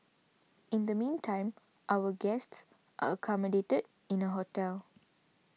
in the meantime our guests accommodated in a hotel